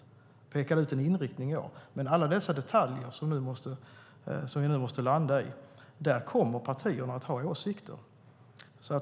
Den pekade ut en inriktning, men när det gäller alla detaljer som vi måste landa i kommer partierna att ha åsikter.